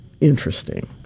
interesting